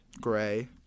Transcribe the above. Gray